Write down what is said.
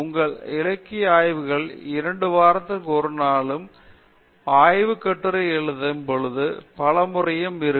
உங்கள் இலக்கிய ஆய்வுகளில் இரண்டு வாரத்திற்கு ஒரு நாளும் ஆய்வு கட்டுரை எழுதும் பொழுது பலமுறையும் இருக்கும்